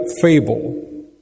fable